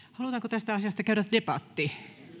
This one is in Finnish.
tästä asiasta käydä debatti